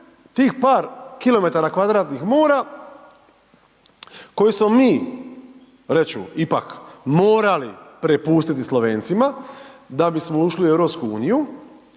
tih par km2 mora koji smo mi, reći ću ipak, morali prepustiti Slovencima da bismo ušli u EU